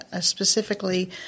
specifically